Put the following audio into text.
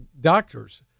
doctors